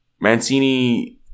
Mancini